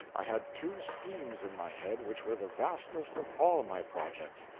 i had two schemes in my head which were the vastest of all my projects.